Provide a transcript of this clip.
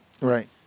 Right